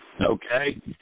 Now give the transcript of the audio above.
Okay